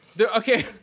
Okay